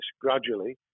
gradually